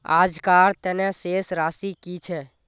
आजकार तने शेष राशि कि छे?